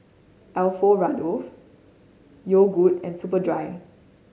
Alfio Raldo Yogood and Superdry